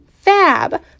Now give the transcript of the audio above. Fab